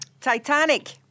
Titanic